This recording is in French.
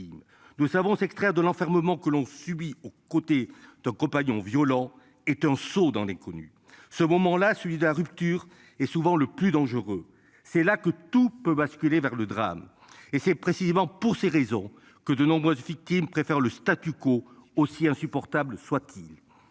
Nous savons s'extraire de l'enfermement que l'on subit au côté d'un compagnon violent est un saut dans l'inconnu. Ce moment-là, celui de la rupture et souvent le plus dangereux c'est là que tout peut basculer vers le drame et c'est précisément pour ces raisons que de nombreuses victimes préfèrent le statu quo aussi insupportable soit-t-il.